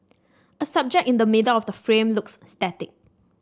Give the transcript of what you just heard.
a subject in the middle of the frame looks static